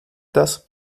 das